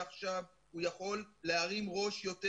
ועכשיו הוא יכול להרים ראש יותר,